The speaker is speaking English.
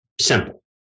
simple